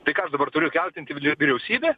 tai ką aš dabar turiu kaltinti vyriausybę